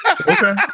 Okay